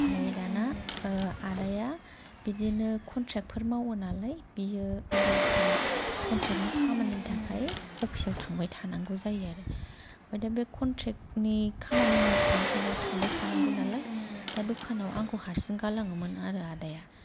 ओमफाय दाना आदाया बिदिनो कन्ट्रेक्टफोर मावो नालाय बियो अरायसम कन्ट्रेक्टनि खामानिनि थाखाय अफिसाव थांबाय थानांगौ जायो आरो ओमफाय दा बे कन्ट्रेक्टनि खामानि मावफुबाय थानायाव थांबाय थानांगौ नालाय दा दखानाव आंखौ हारसिं गालाङोमोन आरो आदाया